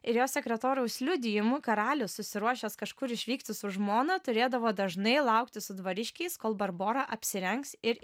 ir jo sekretoriaus liudijimu karalius susiruošęs kažkur išvykti su žmona turėdavo dažnai laukti su dvariškiais kol barbora apsirengs ir